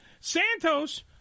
Santos